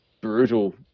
brutal